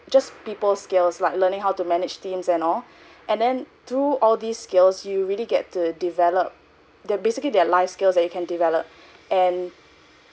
just people skills like learning how to manage teams and all and then through all these skills you really get to develop the basically they are life skills that you can develop and